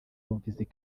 bonfils